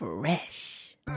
Fresh